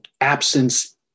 absence